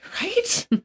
Right